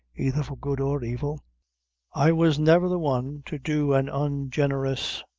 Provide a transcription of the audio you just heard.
either for good or evil i was never the one to do an ungenerous